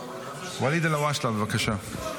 ואליד אלהואשלה, בבקשה.